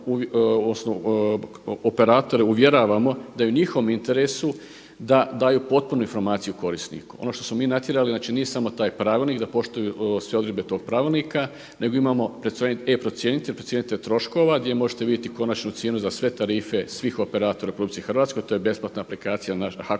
operatore uvjeravamo da je u njihovom interesu da daju potpunu informaciju korisniku. Ono što smo mi natjerali znači nije samo taj pravilnik da poštuju sve odredbe tog pravilnika, nego imamo e-procjenitelj, procjenitelj troškova gdje možete vidjeti konačnu cijenu za sve tarife svih operatora u RH. To je besplatna aplikacija na